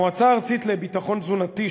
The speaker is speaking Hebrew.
המועצה הארצית לביטחון תזונתי,